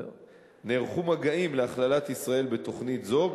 נערכו מגעים להכללת ישראל בתוכנית זו,